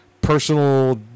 personal